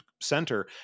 center